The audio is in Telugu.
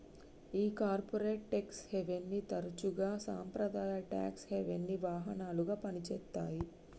ఈ కార్పొరేట్ టెక్స్ హేవెన్ని తరసుగా సాంప్రదాయ టాక్స్ హెవెన్సి వాహనాలుగా పని చేత్తాయి